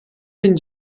bin